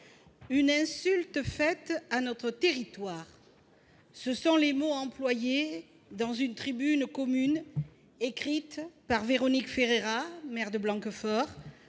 Une insulte faite à notre territoire », tels sont les mots employés dans une tribune commune écrite par Véronique Ferreira, maire de Blanquefort,